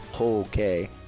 okay